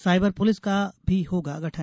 cyber police का भी होगा गठन